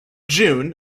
june